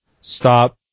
stop